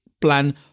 plan